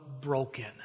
broken